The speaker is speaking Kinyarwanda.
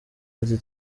ati